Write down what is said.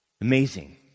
Amazing